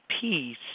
peace